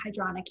hydronic